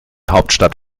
hauptstadt